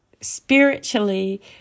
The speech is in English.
spiritually